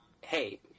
hey